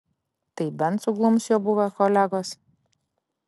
tai bent suglums jo buvę kolegos